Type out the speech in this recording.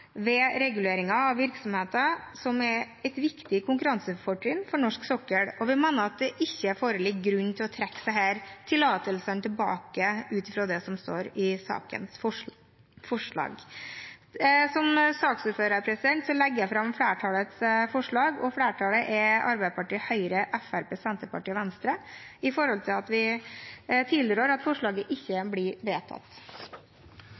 ved reguleringer av virksomheter, som er et viktig konkurransefortrinn for norsk sokkel, og vi mener at det ikke foreligger grunn til å trekke disse tillatelsene tilbake, ut fra det som står i forslaget i saken. Som saksordfører anbefaler jeg flertallets tilråding – og flertallet er Arbeiderpartiet, Høyre, Fremskrittspartiet, Senterpartiet og Venstre. Vi tilrår at forslaget